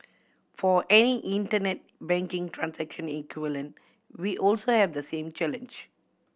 for any Internet banking transact equivalent we also have the same challenge